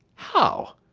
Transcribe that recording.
how!